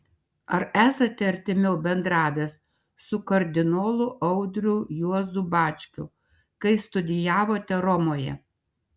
ar esate artimiau bendravęs su kardinolu audriu juozu bačkiu kai studijavote romoje